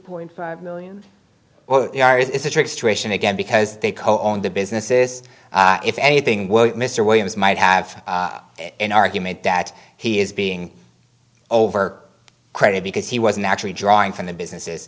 point five million it's a tricky situation again because they coing the business is if anything mr williams might have an argument that he is being over credit because he wasn't actually drawing from the businesses